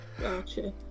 gotcha